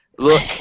look